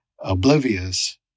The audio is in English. oblivious